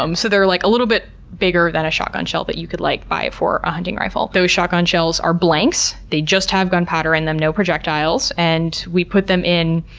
um so they're like a little bit bigger than a shotgun shell that you could like buy for a hunting rifle. those shotgun shells are blanks. they just have gunpowder in them, no projectiles, and we put them in,